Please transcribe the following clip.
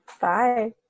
bye